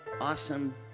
awesome